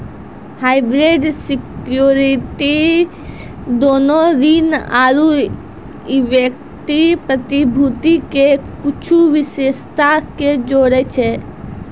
hybrid securities दोनो ऋण आरु इक्विटी प्रतिभूति के कुछो विशेषता के जोड़ै छै